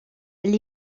elle